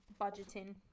budgeting